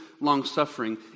long-suffering